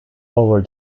over